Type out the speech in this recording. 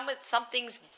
something's